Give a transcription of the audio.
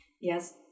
yes